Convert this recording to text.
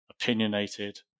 opinionated